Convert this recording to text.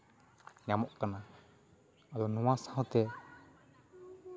ᱧᱟᱢᱚᱜ ᱠᱟᱱᱟ ᱟᱫᱚ ᱱᱚᱣᱟ ᱥᱟᱶᱛᱮ